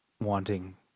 wanting